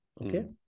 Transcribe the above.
okay